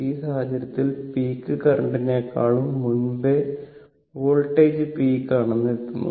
ഈ സാഹചര്യത്തിൽ പീക്ക് കറന്റിനെക്കാളും മുൻപേ വോൾട്ടേജ് പീക്ക് ആണ് എത്തുന്നത്